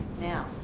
now